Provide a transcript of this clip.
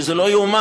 שזה לא ייאמן,